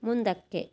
ಮುಂದಕ್ಕೆ